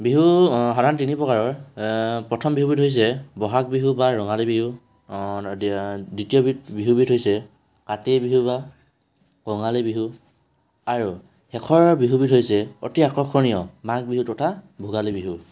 বিহু সাধাৰণতে তিনি প্ৰকাৰৰ প্ৰথম বিহুবিধ হৈছে ব'হাগ বিহু বা ৰঙালী বিহু দিয়া দ্বিতীয়বিধ বিহুবিধ হৈছে কাতি বিহু বা কঙালী বিহু আৰু শেষৰ বিহুবিধ হৈছে অতি আকৰ্ষণীয় মাঘ বিহু তথা ভোগালী বিহু